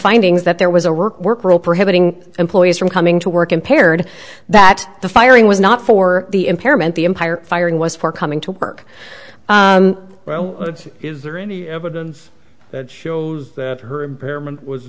findings that there was a work work rule prohibiting employees from coming to work impaired that the firing was not for the impairment the entire firing was for coming to work is there any evidence that shows